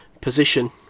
position